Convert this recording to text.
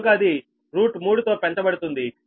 కనుక అది 3తో పెంచబడుతుంది